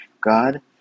God